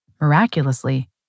miraculously